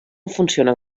funcionen